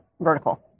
vertical